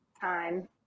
time